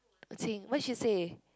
what she say